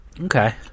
Okay